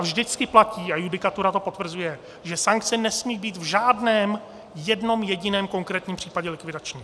Vždycky platí, a judikatura to potvrzuje, že sankce nesmí být v žádném, jednom jediném konkrétním případě likvidační.